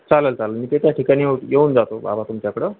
चालेल चालेल मी ते त्या ठिकाणी येऊ येऊन जातो बाबा तुमच्याकडं